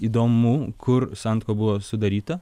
įdomu kur santuoka buvo sudaryta